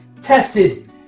tested